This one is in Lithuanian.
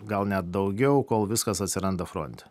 gal net daugiau kol viskas atsiranda fronte